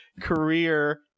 career